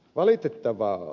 valitettavaa ed